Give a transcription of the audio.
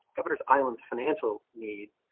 islands, financial need,